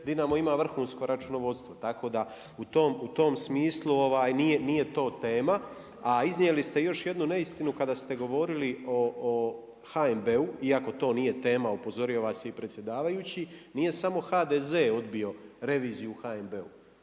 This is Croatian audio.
Dinamo ima vrhunsko računovodstvo. Tako da, u tom smislu nije to tena, a iznijeli ste još jedinu neistinu kada ste govorili o HNB-u iako to nije tema, upozorio vam se i predsjedavajući, nije samo HDZ odbio reviziju HNB-u.